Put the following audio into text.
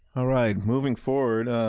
ah right, moving forward,